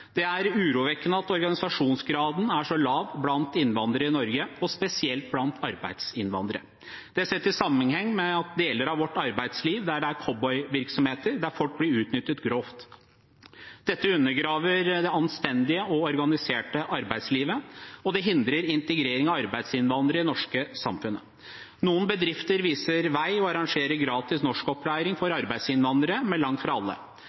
Det er urovekkende at organisasjonsgraden er så lav blant innvandrere i Norge, og spesielt blant arbeidsinnvandrere, særlig sett i sammenheng med deler av vårt arbeidsliv der det er cowboyvirksomhet og folk blir utnyttet grovt. Dette undergraver det anstendige og organiserte arbeidslivet, og det hindrer integrering av arbeidsinnvandrere i det norske samfunnet. Noen bedrifter viser vei og arrangerer gratis norskopplæring for arbeidsinnvandrere, men langt fra alle.